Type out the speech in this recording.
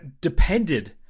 depended